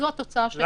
זאת התוצאה.